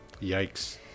Yikes